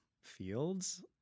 Fields